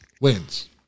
wins